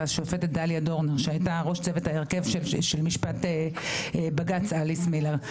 השופטת דליה דורנר שהייתה ראש צוות ההרכב של משפט בג"צ אליס מילר,